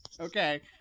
Okay